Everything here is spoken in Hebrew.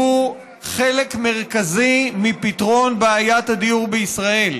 שהוא חלק מרכזי מפתרון בעיית הדיור בישראל.